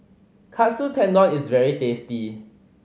Katsu Tendon is very tasty